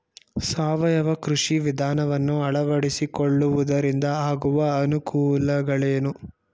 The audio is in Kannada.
ಸಾವಯವ ಕೃಷಿ ವಿಧಾನವನ್ನು ಅಳವಡಿಸಿಕೊಳ್ಳುವುದರಿಂದ ಆಗುವ ಅನುಕೂಲಗಳೇನು?